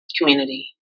community